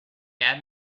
had